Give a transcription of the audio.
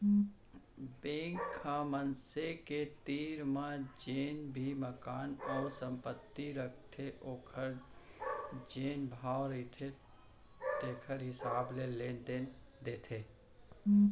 bank ह मनसे के तीर म जेन भी मकान अउ संपत्ति रहिथे ओखर जेन भाव रहिथे तेखर हिसाब ले लोन देथे